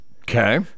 Okay